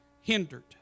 hindered